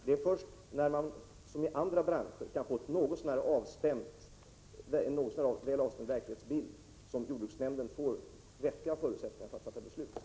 Det är först när man kan få en något så när väl avstämd bild av verkligheten som jordbruksnämnden får vettiga förutsättningar att fatta beslut.